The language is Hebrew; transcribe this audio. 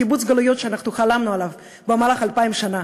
קיבוץ גלויות שחלמנו עליו במהלך אלפיים שנה.